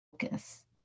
focus